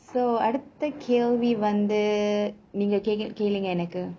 so அடுத்த கேள்வி வந்து நீங்க கேளுங்க எனக்கு:adutha kaelvi vanthu neenga kaelunga enakku